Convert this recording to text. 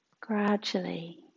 Gradually